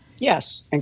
yes